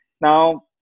now